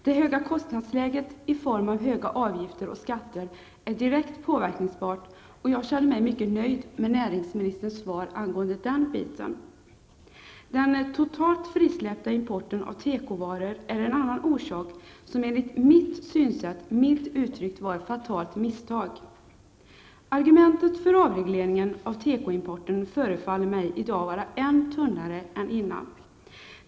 Det höga kostnadsläget i form av höga avgifter och skatter är direkt påverkningsbart, och jag känner mig mycket nöjd med näringsministerns svar i denna del. Den totalt frisläppta importen av tekovaror är en annan orsak som enligt mitt synsätt milt uttryckt var ett fatalt misstag. Argumentet för avregleringen av tekoimporten förefaller mig i dag vara än tunnare än tidigare.